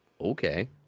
Okay